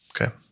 Okay